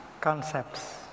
concepts